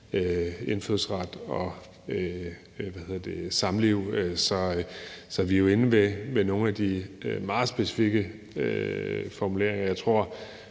indfødsret og samliv. Så vi er jo inde ved nogle af de meget specifikke formuleringer.